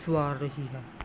ਸਵਾਰ ਰਹੀ ਹੈ